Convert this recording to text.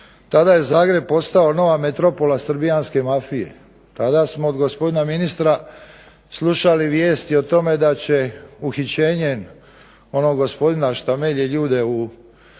Tada je Zagreb postao nova metropola srbijanske mafije, tada smo od gospodina ministra slušali vijesti o tome da će uhićenjem onog gospodina što melje ljude u